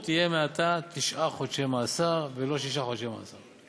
יהיה מעתה תשעה חודשי מאסר ולא שישה חודשי מאסר.